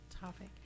topic